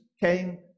came